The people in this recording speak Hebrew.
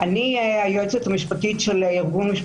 כי יש לי הרגשה שקודם כול יש כאן עירוב בין מה שמוגדר